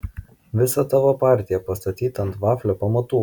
visa tavo partija pastatyta ant vaflio pamatų